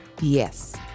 Yes